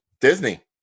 Disney